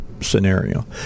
scenario